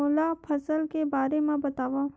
मोला फसल के बारे म बतावव?